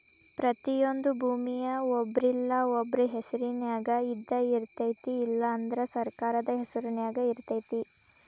ಪ್ರತಿಯೊಂದು ಭೂಮಿಯ ಒಬ್ರಿಲ್ಲಾ ಒಬ್ರ ಹೆಸರಿನ್ಯಾಗ ಇದ್ದಯಿರ್ತೈತಿ ಇಲ್ಲಾ ಅಂದ್ರ ಸರ್ಕಾರದ ಹೆಸರು ನ್ಯಾಗ ಇರ್ತೈತಿ